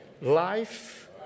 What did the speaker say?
life